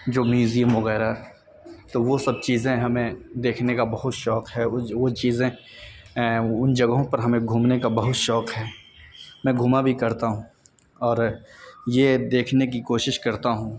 جو میوزیم وغیرہ تو وہ سب چیزیں ہمیں دیکھنے کا بہت شوق ہے اس اس چیزیں ان جگہوں پر ہمیں گھومنے کا بہت شوق ہے میں گھوما بھی کرتا ہوں اور یہ دیکھنے کی کوشش کرتا ہوں